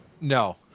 no